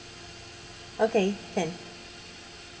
okay can